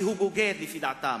כי הוא בוגד לפי דעתם.